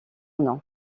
nom